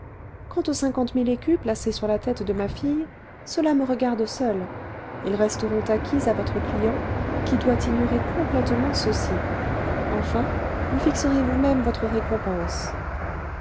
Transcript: quant aux cinquante mille écus placés sur la tête de ma fille cela me regarde seule ils resteront acquis à votre client qui doit ignorer complètement ceci enfin vous fixerez vous-même votre récompense